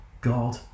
God